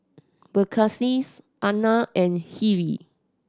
Verghese Anand and Hri